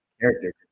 character